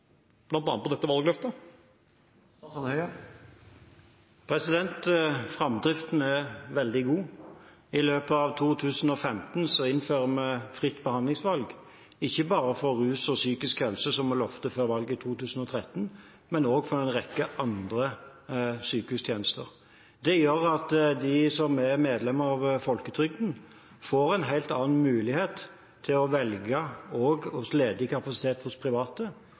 for bl.a. dette valgløftet? Framdriften er veldig god. I løpet av 2015 innfører vi fritt behandlingsvalg, ikke bare for rus og psykisk helse, som vi lovte før valget i 2013, men også for en rekke andre sykehustjenester. Det gjør at de som er medlem av folketrygden, får en helt annen mulighet til å velge blant ledig kapasitet hos private,